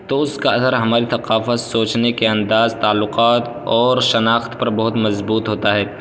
تو اس کا اثر ہماری ثقافت سوچنے کے انداز تعلقات اور شناخت پر بہت مضبوط ہوتا ہے